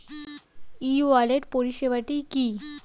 ই wallet পরিষেবাটি কি?